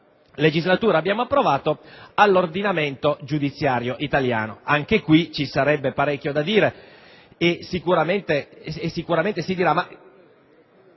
legislatura abbiamo approvato all'ordinamento giudiziario italiano. Anche su questo ci sarebbe parecchio da dire e sicuramente lo si